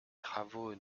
travaux